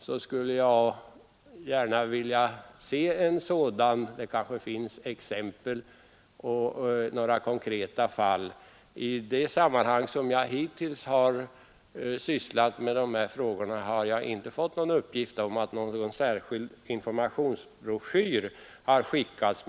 Jag skulle gärna vilja se en sådan; där kanske finns några konkreta exempel. I det fall som jag hittills sysslat med har jag inte fått någon uppgift om att någon särskild informationsbroschyr har skickats ut.